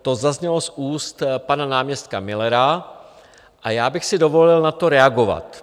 To zaznělo z úst pana náměstka Millera a já bych si dovolil na to reagovat.